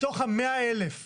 מתוך ה-100,000 בשנה,